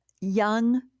young